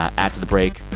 after the break,